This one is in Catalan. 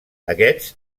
aquests